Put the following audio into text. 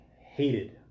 hated